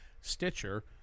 Stitcher